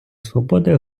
свободи